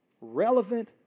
relevant